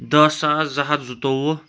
دَہ ساس زٕ ہَتھ زٕتووُہ